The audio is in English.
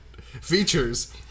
Features